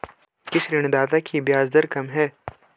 किस ऋणदाता की ब्याज दर कम है?